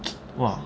!wah!